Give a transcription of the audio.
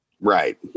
right